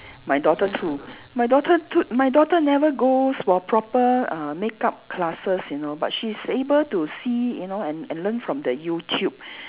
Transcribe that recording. my daughter too my daughter t~ my daughter never go for proper uh makeup classes you know but she's able to see you know and and learn from the YouTube